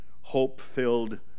hope-filled